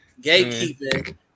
gatekeeping